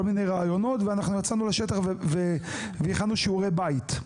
מיני רעיונות ואנחנו יצאנו לשטח והכנו שיעורי בית,